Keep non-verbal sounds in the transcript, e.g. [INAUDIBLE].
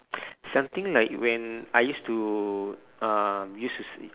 [BREATH] something like when I used to um used to sing